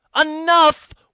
Enough